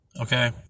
Okay